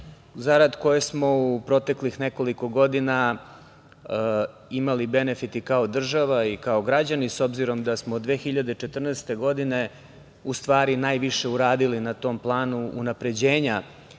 zarad koje smo u proteklih nekoliko godina imali benefite i kao država i kao građani, s obzirom da smo 2014. godine u stvari najviše uradili na tom planu unapređenja